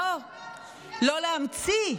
ראש הממשלה, ראש הממשלה בשבילך.